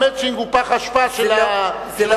ה"מצ'ינג" הוא פח האשפה של התקציב.